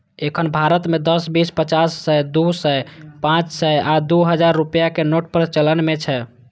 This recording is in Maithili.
एखन भारत मे दस, बीस, पचास, सय, दू सय, पांच सय आ दू हजार रुपैया के नोट प्रचलन मे छै